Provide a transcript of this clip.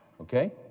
Okay